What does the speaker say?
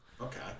Okay